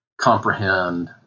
comprehend